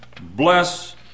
bless